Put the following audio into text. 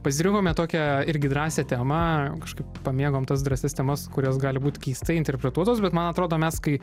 pasirinkome tokią irgi drąsią temą kažkaip pamėgom tas drąsias temas kurios gali būt keistai interpretuotos bet man atrodo mes kai